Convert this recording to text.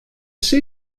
see